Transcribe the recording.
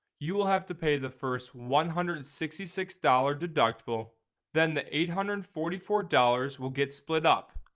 you will have to pay the first one hundred and sixty six dollars deductible then the other eight hundred and forty four dollars will get split up.